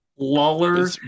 Lawler